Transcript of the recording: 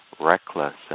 reckless